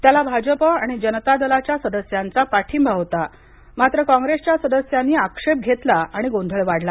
त्याला भाजपा आणि जनता दलाच्या सदस्यांचा पाठिंबा होता मात्र कॉंग्रेसच्या सदस्यांनी आक्षेप घेतला आणि गोंधळ वाढला